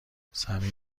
صمیم